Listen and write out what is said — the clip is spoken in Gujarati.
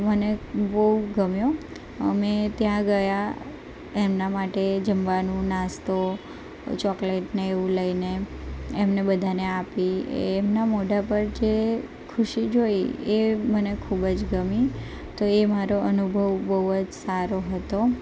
મને બહુ ગમ્યો અમે ત્યાં ગયા એમનાં માટે જમવાનું નાસ્તો ચોકલેટ ને એવું લઈને એમને બધાને આપી એમનાં મોઢા પર જે ખુશી જોઈ એ મને ખૂબ જ ગમી તો એ મારો અનુભવ બહુ જ સારો હતો